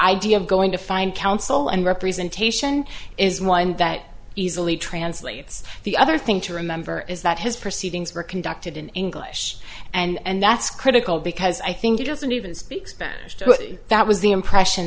idea of going to find counsel and representation is one that easily translates the other thing to remember is that his proceedings were conducted in english and that's critical because i think it doesn't even speak spanish to that was the impression